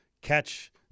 catch